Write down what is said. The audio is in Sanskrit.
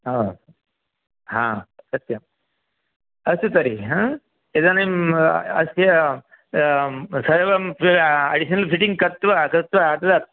ओ हा सत्यम् अस्तु तर्हि ह इदानीम् अस्य सर्वं अडीश्नल् फ़िटिङ्ग् कृत्वा कृत्वा ददातु